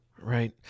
Right